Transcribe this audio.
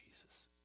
Jesus